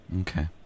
Okay